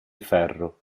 ferro